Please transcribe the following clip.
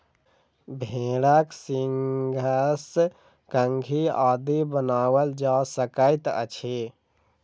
भेंड़क सींगसँ कंघी आदि बनाओल जा सकैत अछि